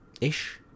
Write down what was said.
ish